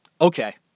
Okay